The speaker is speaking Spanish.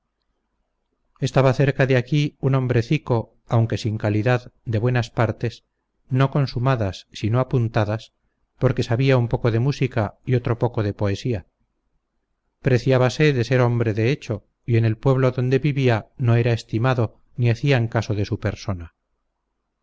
estaba cerca de aquí un hombrecico aunque sin calidad de buenas partes no consumadas sino apuntadas porque sabía un poco de música y otro poco de poesía preciábase de ser hombre de hecho y en el pueblo donde vivía no era estimado ni hacían caso de su persona